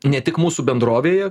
ne tik mūsų bendrovėje